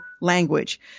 language